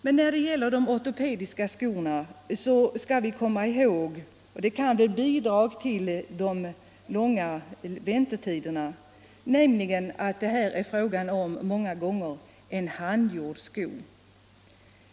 Men när det gäller de ortopediska skorna skall vi komma ihåg att det många gånger måste vara handgjorda skor, vilket kan bidra till de långa väntetiderna.